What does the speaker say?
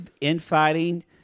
infighting